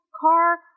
car